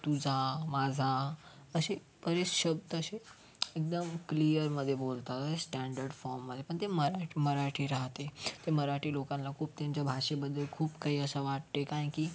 तुझा माझा असे बरेच शब्द असे एकदम क्लिअरमध्ये बोलतात असे स्टँडर्ड फॉर्ममध्ये पण ते मराठी राहते ते मराठी लोकांना खूप त्यांच्या भाषेबद्दल खूप काही असं वाटते कारण की